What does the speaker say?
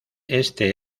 este